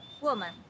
Woman